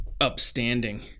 upstanding